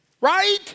right